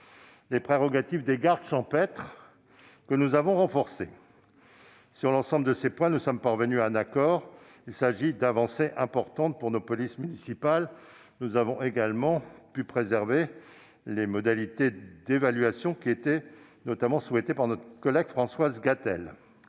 les prérogatives des gardes champêtres ont été préservés. Sur l'ensemble de ces points, nous sommes parvenus à un accord. Il s'agit d'avancées importantes pour nos polices municipales. Nous avons pu préserver les modalités d'évaluation souhaitées notamment par notre collègue Françoise Gatel.